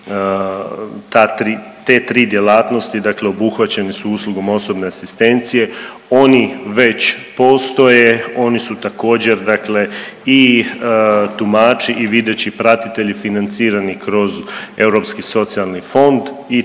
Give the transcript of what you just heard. te tri djelatnosti dakle obuhvaćene su uslugom osobne asistencije. Oni već postoje, oni su također dakle i tumači i videći pratitelji financirani kroz Europski socijalni fond i